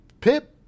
Pip